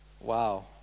wow